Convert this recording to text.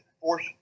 force